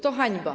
To hańba.